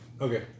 Okay